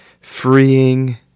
freeing